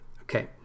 Okay